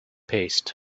paste